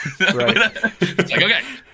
okay